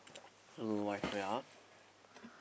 I also don't know why wait ah